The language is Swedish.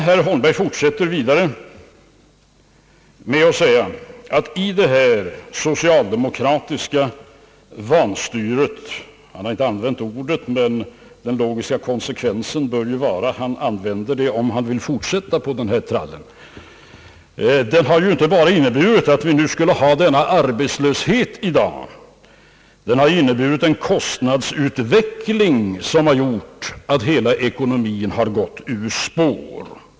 Herr Holmberg fortsätter med att säga att detta socialdemokratiska vanstyre — han har inte använt ordet, men den logiska konsekvensen bör vara att han använder det om han fortsätter med denna trall — inte endast har resulterat i att vi har denna arbetslöshet 1 dag, utan det har också inneburit en kostnadsutveckling som medfört att hela ekonomin har gått ur spår.